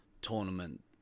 tournament